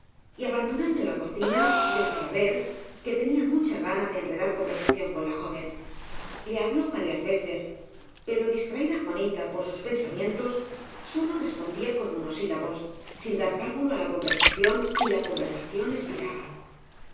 y abandonando la cocina dejaba ver que tenía mu cha gana de enredar conversación con la joven le habló varias veces pero distraída juanita por sus pensamientos sólo respondía con monosílabos sin dar pábulo á la conversación y la conversación espiraba